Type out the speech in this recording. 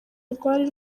rwari